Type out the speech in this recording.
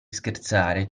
scherzare